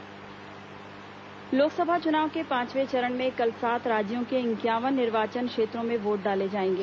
लोकसभा पांचवां चरण मतदान लोकसभा चुनाव के पांचवे चरण में कल सात राज्यों के इंक्यावन निर्वाचन क्षेत्रों में वोट डाले जाएंगे